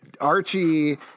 Archie